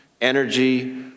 energy